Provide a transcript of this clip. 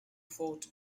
fort